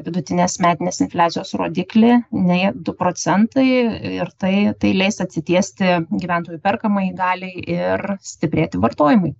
vidutinės metinės infliacijos rodiklį nei du procentai ir tai tai leis atsitiesti gyventojų perkamajai galiai ir stiprėti vartojimui